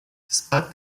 despite